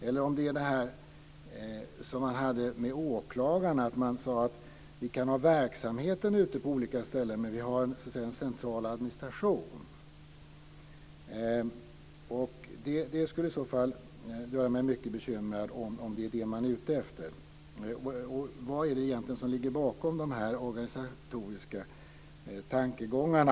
Eller är det som i fråga om åklagarna, att vi kan ha verksamheten ute på olika ställen men att vi har en central administration? Det skulle i så fall göra mig mycket bekymrad om det är det man är ute efter. Vad är det egentligen som ligger bakom de organisatoriska tankegångarna?